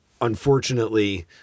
Unfortunately